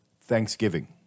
Thanksgiving